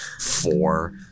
four